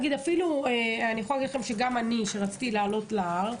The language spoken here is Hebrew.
אני יכולה להגיד לכם שכשאני רציתי לעלות להר,